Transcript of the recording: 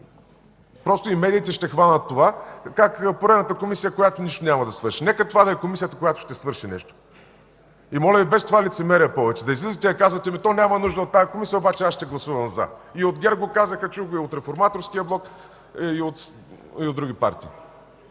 Просто и медиите ще хванат това – как това е поредната Комисия, която нищо няма да свърши. Нека това да е Комисията, която ще свърши нещо. И моля Ви без това лицемерие повече – да излизате и да казвате: „То няма нужда от тази Комисия, обаче аз ще гласувам „за”. И от ГЕРБ го казаха, чух го и от Реформаторския блок и от други партии.